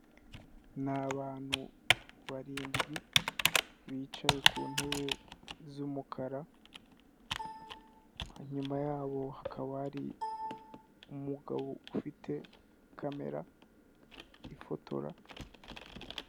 Ni abantu barindwi bicaye ku ntebe z'umukara, inyuma nyuma yabo hakaba hari umugabo ufite kamera ifotora.